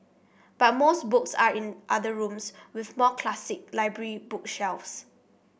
but most books are in other rooms with more classic library bookshelves